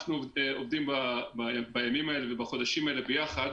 אנחנו עובדים בימים האלה ובחודשים האלה ביחד